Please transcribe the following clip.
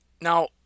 Now